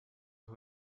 who